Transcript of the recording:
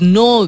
no